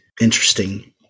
Interesting